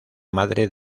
madre